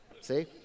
See